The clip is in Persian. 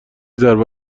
ضربه